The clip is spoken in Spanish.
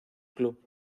club